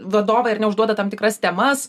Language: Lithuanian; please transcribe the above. vadovai ar ne užduoda tam tikras temas